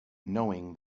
knowing